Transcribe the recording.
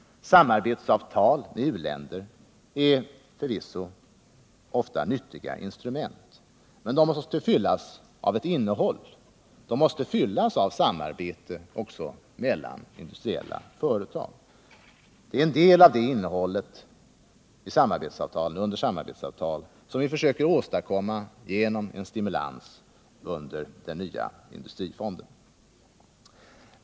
Samarbetsavtal med u-länder är förvisso ofta nyttiga instrument, men de måste fyllas av ett innehåll, de måste fyllas av samarbete också mellan industriella företag. Det är en del av det innehållet i samarbetsavtal som vi försöker åstadkomma genom en stimulans under den nya industrifonden.